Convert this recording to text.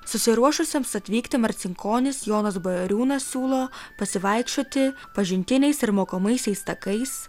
susiruošusiems atvykti į marcinkonis jonas bajoriūnas siūlo pasivaikščioti pažintiniais ir mokomaisiais takais